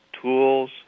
tools